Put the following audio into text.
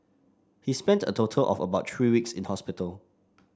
he spent a total of about three weeks in hospital